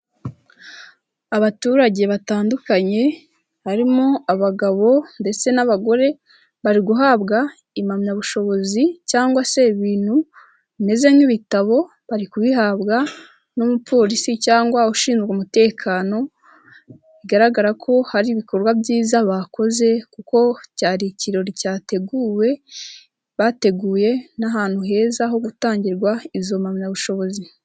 Abaturage batandukanye harimo abagabo ndetse n'abagore bari guhabwa impamyabushobozi cyangwa se ibintu bimeze nk'ibitabo, bari kubihabwa n'umupolisi cyangwa ushinzwe umutekano, bigaragara ko hari ibikorwa byiza bakoze kuko cyari ikirori cyateguwe, bateguye n'ahantu heza ho gutangirwa izo mpamyabushobozi.